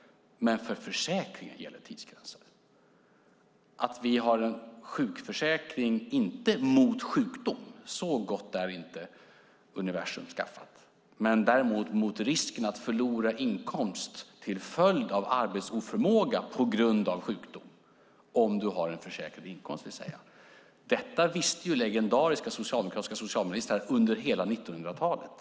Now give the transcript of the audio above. Men för försäkringen gäller tidsgränser. Vi har en sjukförsäkring, inte mot sjukdom - så gott är inte universum skaffat - däremot mot risken att förlora inkomst till följd av arbetsoförmåga på grund av sjukdom, det vill säga om du har en försäkrad inkomst. Detta visste legendariska socialdemokratiska socialministrar under hela 1900-talet.